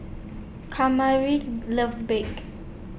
Kamari loves Baked